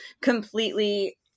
completely